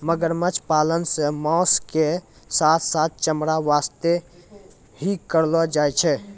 मगरमच्छ पालन सॅ मांस के साथॅ साथॅ चमड़ा वास्तॅ ही करलो जाय छै